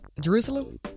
Jerusalem